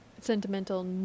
sentimental